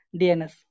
DNS